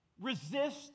Resist